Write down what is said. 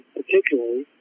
particularly